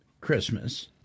christmas